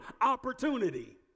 opportunity